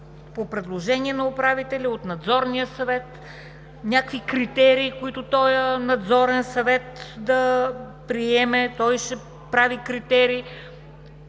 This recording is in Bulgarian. по предложение на управителя от Надзорния съвет – някакви критерии, които този Надзорен съвет да приеме, ще прави критерии.